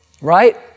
Right